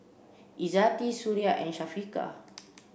Izzati Suria and Syafiqah